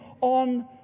on